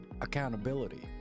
accountability